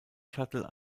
shuttle